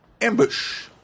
Ambush